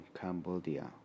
Cambodia